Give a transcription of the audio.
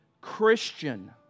Christian